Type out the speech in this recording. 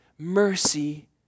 Mercy